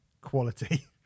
quality